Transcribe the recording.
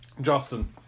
Justin